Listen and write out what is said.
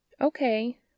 Okay